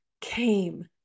came